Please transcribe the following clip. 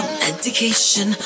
medication